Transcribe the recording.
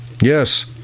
Yes